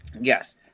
yes